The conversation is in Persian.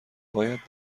باید